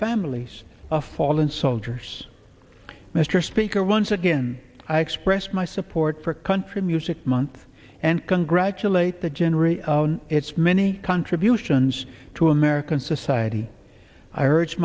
families of fallen soldiers mr speaker once again i express my support for country music month and congratulate the general its many contributions to american society i